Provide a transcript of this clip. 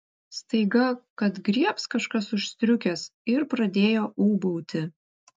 staiga kad griebs kažkas už striukės ir pradėjo ūbauti